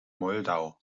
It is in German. moldau